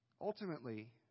Ultimately